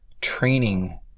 training